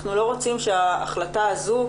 אנחנו לא רוצים שההחלטה הזו,